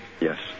yes